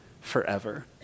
forever